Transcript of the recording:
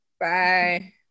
bye